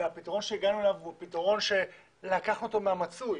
והפתרון שהגענו אליו הוא הפתרון שלקחנו אותו מהמצוי,